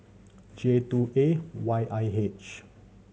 J two A Y I H